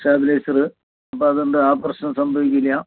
stabiliser അപ്പോൾ അതുകൊണ്ട് ആ പ്രശ്നവും സംഭവിക്കില്ല